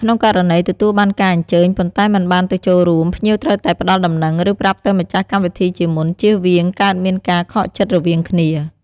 ក្នុងករណីទទួលបានការអញ្ជើញ ប៉ុន្តែមិនបានទៅចូលរួម ភ្ញៀងត្រូវតែផ្ដល់ដំណឹង ឬ ប្រាប់ទៅម្ចាស់កម្មវិធីជាមុន ជៀសវាង កើតមានការខកចិត្តរវាងគ្នា។